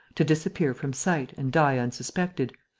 to disappear from sight and die unsuspected,